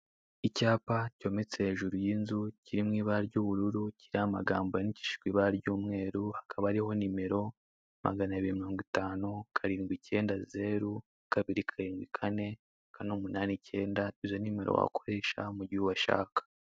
Icyapa cyometse hejuru y'inzu, kiri mu ibara ry'ubururu, kiriho amagambo yandikishije ibara ry'umweru, hakaba hariho nimero: magana abiri mirongo itanu, karindwi, ikenda, zeru, kabiri, karindwi, kane, kane, umunane, ikenda, ni zo nimero wakoresha mi gihe ubashaka.